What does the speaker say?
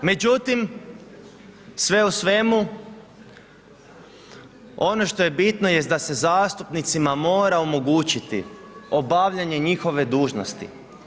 Međutim, sve u svemu, ono što je bitno jest da se zastupnicima mora omogućiti obavljanje njihove dužnosti.